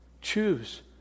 Choose